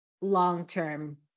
long-term